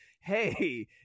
hey